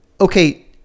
Okay